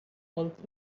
also